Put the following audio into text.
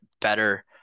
better